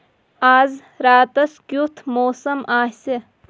آز راتس کِیُتھ موسم آسہِ